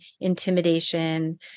intimidation